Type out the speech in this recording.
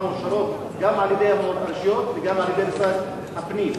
מאושרות גם על-ידי הרשויות וגם על-ידי משרד הפנים.